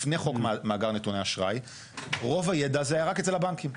לפני מאגר נתוני אשראי רוב הידע הזה היה רק אצל הבנקים.